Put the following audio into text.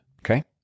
Okay